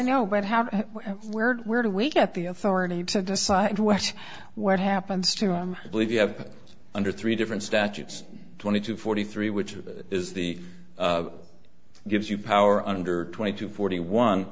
know what have where where do we get the authority to decide what what happens to believe you have under three different statutes twenty two forty three which is the gives you power under twenty to forty one